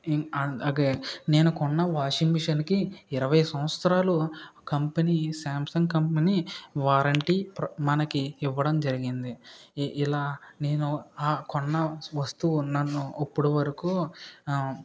నేను కొన్న వాషింగ్ మిషనుకి ఇరవై సంవత్సరాలు కంపెనీ సామ్సంగ్ కంపెనీ వారంటీ ప్ర మనకి ఇవ్వడం జరిగింది ఇ ఇలా నేను ఆ కొన్న వస్తువు నన్ను ఇప్పుడు వరకు